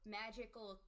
magical